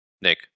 Nick